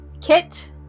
Kit